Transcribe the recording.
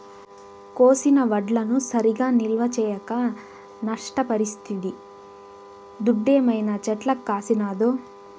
కోసిన వడ్లను సరిగా నిల్వ చేయక నష్టపరిస్తిది దుడ్డేమైనా చెట్లకు కాసినాదో